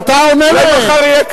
אבל אתה עונה להם.